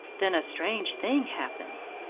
then a strange thing happens.